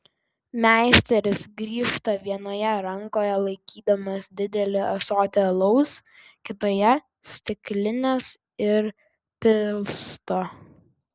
meisteris grįžta vienoje rankoje laikydamas didelį ąsotį alaus kitoje stiklines ir pilsto